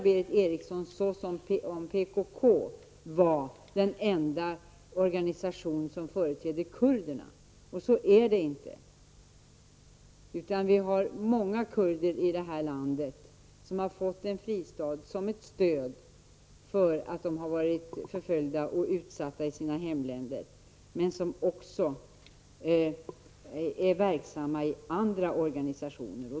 Berith Eriksson talar som om PKK var den enda organisation som företräder kurderna, och så är det inte. Det finns många kurder här i landet som har fått en fristad här därför att de har varit förföljda och utsatta i sina hemländer men som är verksamma i andra organisationer.